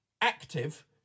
active